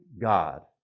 God